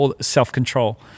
self-control